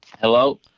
Hello